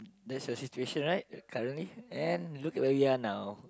that's the situation right currently and look where we are now